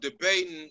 debating